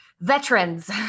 Veterans